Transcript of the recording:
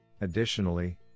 Additionally